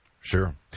Sure